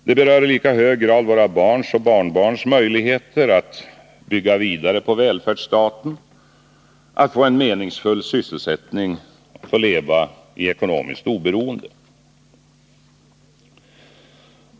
De berör i lika hög grad våra barns och barnbarns möjligheter att bygga vidare på välfärdsstaten, att få en meningsfull sysselsättning och att leva i ekonomiskt oberoende.